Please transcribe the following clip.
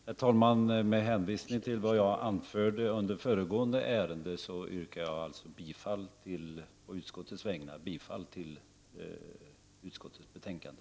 Herr talman! Med hänvisning till vad jag anfört under föregående ärende yrkar jag å utskottets vägnar bifall till utskottets betänkande.